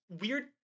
weird